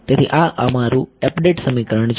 તેથી આ અમારું અપડેટ સમીકરણ છે